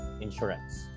insurance